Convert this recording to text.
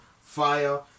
Fire